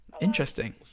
interesting